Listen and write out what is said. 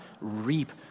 reap